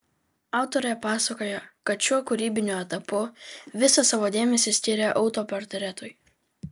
autorė pasakojo kad šiuo kūrybiniu etapu visą savo dėmesį skiria autoportretui